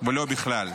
ולא בכלל.